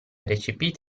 recepita